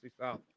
South